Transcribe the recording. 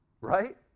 right